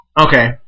Okay